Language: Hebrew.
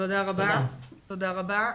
תודה רבה.